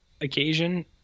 occasion